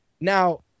now